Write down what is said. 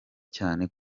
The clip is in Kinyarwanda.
cyane